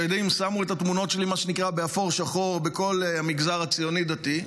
שמו את התמונות שלי באפור-שחור בכל המגזר הציוני-דתי,